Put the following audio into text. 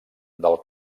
del